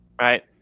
right